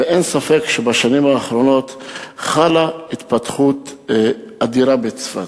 ואין ספק שבשנים האחרונות חלה התפתחות אדירה בצפת.